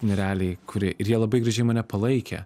nerealiai kurie ir jie labai gražiai mane palaikė